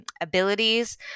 abilities